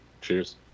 Cheers